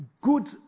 Good